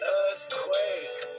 earthquake